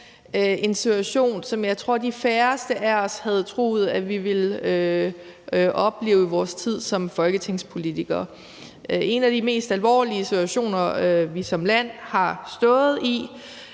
en situation, som jeg tror de færreste af os havde troet vi ville opleve i vores tid som folketingspolitikere. Det er en af de mest alvorlige situationer, vi som land har stået i,